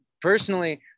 personally